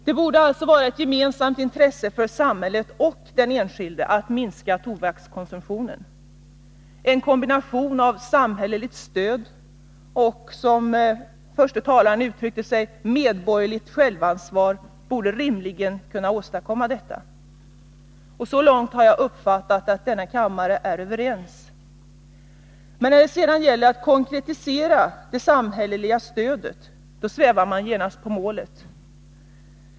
Det borde alltså vara ett gemensamt intresse för samhället och den enskilde att minska tobakskonsumtionen. En kombination av samhälleligt stöd och, som den förste talaren uttryckte sig, medborgerligt självansvar borde rimligen kunna åstadkomma detta. Så långt har jag uppfattat att denna kammare är överens. Men när det gäller att konkretisera det samhälleliga stödet svävar man genast på målet.